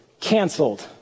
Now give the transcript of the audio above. canceled